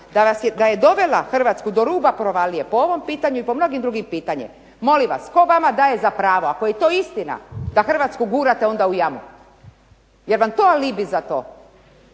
da je dovela HRvatsku do ruba provalije po ovom pitanju i po mnogim drugim pitanjima, molim vas tko vama daje za pravo ako je to istina da HRvatsku gurate onda u jamu? Jel vam to alibi za to?